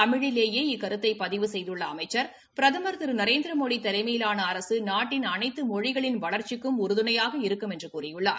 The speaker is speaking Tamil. தமிழிலேயே இக்கருத்தை பதிவு செய்துள்ள அமைச்ச் பிரதம் திரு நரேந்திரமோடி தலைமையிலான அரசு நாட்டின் அனைத்து மொழிகளின் வளர்ச்சிக்கும் உறுதுணையாக இருக்கும் என்று கூறியுள்ளார்